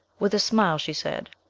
with a smile she said,